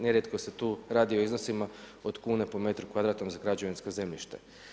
Nerijetko se tu radi o iznosima od kune po metru kvadratnom za građevinsko zemljište.